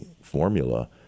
formula